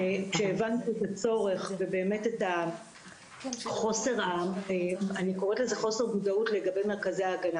כשהבנתי את הצורך ובאמת את חוסר המודעות לגבי מרכזי ההגנה